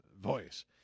voice